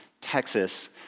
Texas